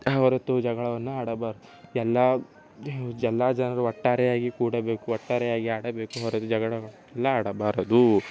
ಯಾವತ್ತೂ ಜಗಳವನ್ನು ಆಡಬಾರದು ಎಲ್ಲ ಎಲ್ಲ ಜನರು ಒಟ್ಟಾರೆಯಾಗಿ ಕೂಡಬೇಕು ಒಟ್ಟಾರೆಯಾಗಿ ಆಡಬೇಕು ಅವರತ್ರ ಜಗಳ ಎಲ್ಲ ಆಡಬಾರದು